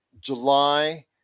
July